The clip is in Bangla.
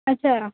আচ্ছা